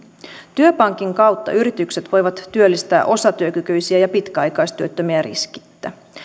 työpankin kautta yritykset voivat työllistää osatyökykyisiä ja pitkäaikaistyöttömiä riskittä